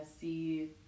see